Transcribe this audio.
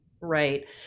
Right